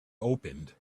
opened